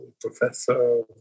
professor